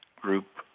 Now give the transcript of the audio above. group